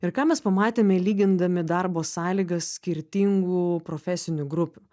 ir ką mes pamatėme lygindami darbo sąlygas skirtingų profesinių grupių